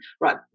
Right